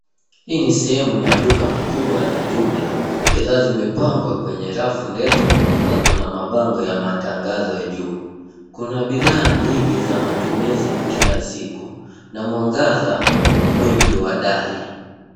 Hii ni sehemu ya duka kubwa la jumla. Bidhaa zimepangwa kwenye rafu ndefu na kuna mabango ya matangazo juu. Kuna bidhaa nyingi za matumizi ya kila siku na mwangaza mwingi wa dari.